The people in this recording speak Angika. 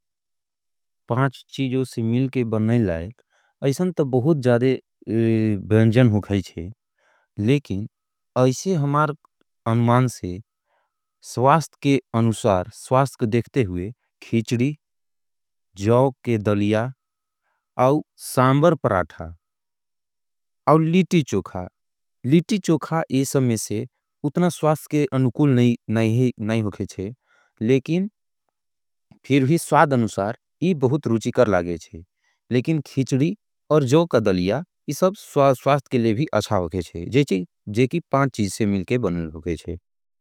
पाँच चीजों से मिलके बनने लाए, अइसन तब बहुत जादे बेंजन होगाई छे। लेकिन, ऐसे हमार अनुमान से, स्वास्त के अनुसार, स्वास्त के देखते हुए, खीचडी, जौग के दलिया, आउ सांबर पराथा, आउ लिटी चोखा। लिटी चोखा ये समय से उतना स्वास्त के अनुकूल नहीं होगे छे, लेकिन फिर ही स्वाद अनुसार, ये बहुत रूचिकर लागे छे।